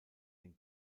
den